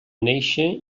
néixer